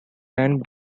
land